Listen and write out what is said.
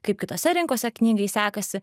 kaip kitose rinkose knygai sekasi